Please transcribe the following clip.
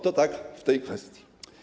To tyle w tej kwestii.